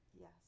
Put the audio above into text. yes